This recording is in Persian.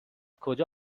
کجا